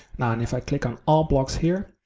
now and if i click on all blocks here,